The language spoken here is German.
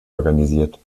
organisiert